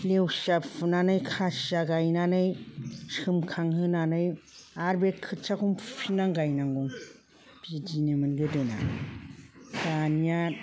लेवसिया फुनानै खासिया गायनानै सोमखां होनानै आरो बे खोथियाखौनो फुफिननानै गायनांगौ बिदिनोमोन गोदोना दानिया